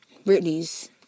Britney's